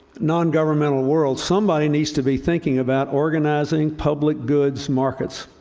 non-governmental world, somebody needs to be thinking about organizing public goods markets.